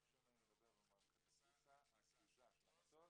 ביקשו ממני לדבר במערכת הכריזה של המטוס